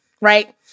right